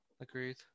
Agreed